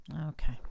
Okay